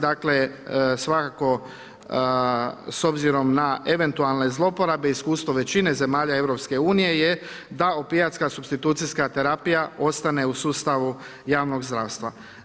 Dakle, svakako s obzirom na eventualne zloporabe iskustvo većine zemalja Europske unije je da opijatska supstitucijska terapija ostane u sustavu javnog zdravstva.